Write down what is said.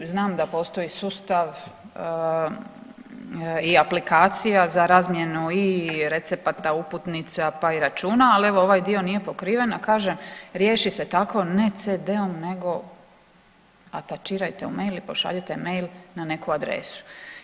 Znam da postoji sustav i aplikacija za razmjenu i recepata, uputnica pa i računa, al evo ovaj dio nije pokriven, a kažem riješi se tako ne CD-om nego atačirajte u mail i pošaljite mail na neku adresu.